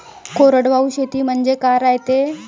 कोरडवाहू शेती म्हनजे का रायते?